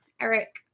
Eric